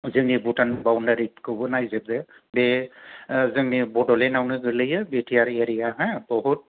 जोंनि भुटान बावनदारि खौबो नायजोबदो बे जोंनि बड'लेण्ड आवनो गोग्लैयो बि टि आर एरियाना बहुत